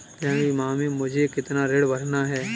जनवरी माह में मुझे कितना ऋण भरना है?